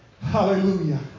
Hallelujah